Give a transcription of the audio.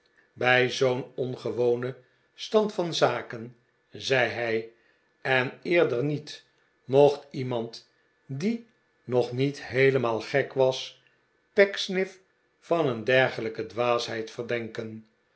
bij zoo'n ongewonen stand van zaken zei hij en eerder niet mocht iemand die nog niet heelemaal gek was pecksniff van een dergelijke dwaasheid verdenken